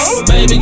Baby